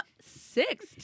Six